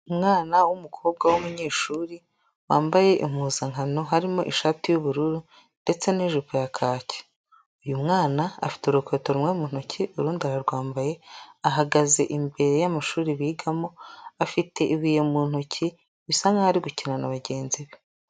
Umwana w'umukobwa w'umunyeshuri wambaye impuzankano harimo ishati y'ubururu ndetse n'ijipo ya kaki, uyu mwana afite urukweto rumwe mu ntoki urundi ararwambaye, ahagaze imbere y'amashuri bigamo, afite ibuye mu ntoki, bisa nkaho ari gukina na bagenzi be.